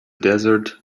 desert